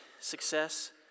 success